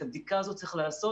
את הבדיקה הזאת צריך לעשות.